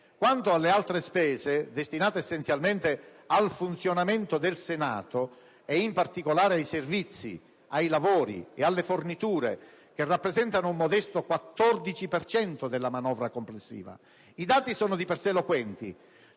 Quanto alle altre spese destinate essenzialmente al funzionamento del Senato e, in particolare, ai servizi, ai lavori e alle forniture, che rappresentano un modesto 14 per cento della manovra complessiva, i dati sono di per sé eloquenti: